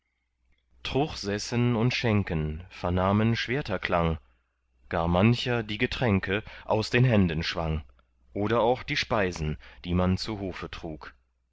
truchsessen und schenken vernahmen schwerterklang gar mancher die getränke aus den händen schwang oder auch die speisen die man zu hofe trug